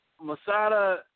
Masada